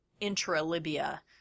intra-Libya